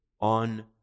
on